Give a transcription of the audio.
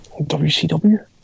WCW